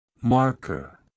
Marker